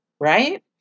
right